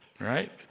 Right